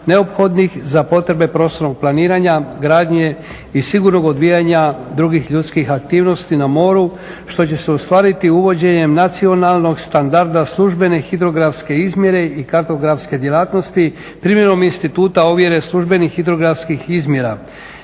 neophodnih za potrebe prostornog planiranja, gradnje i sigurnog odvijanja drugih ljudskih aktivnosti na moru što će se ostvariti uvođenjem nacionalnog standarda službene hidrografske izmjere i kartografske djelatnosti primjenom instituta ovjere službenih hidrografskih izmjera.